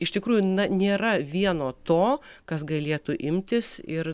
iš tikrųjų nėra vieno to kas galėtų imtis ir